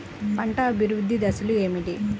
పంట అభివృద్ధి దశలు ఏమిటి?